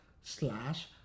slash